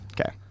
Okay